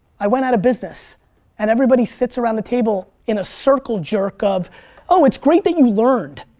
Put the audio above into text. i went out of business and everybody sits around the table in a circle jerk of oh, it's great that you learned.